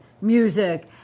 music